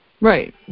Right